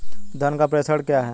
धन का प्रेषण क्या है?